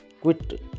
quit